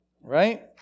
Right